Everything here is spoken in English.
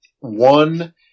one